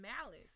malice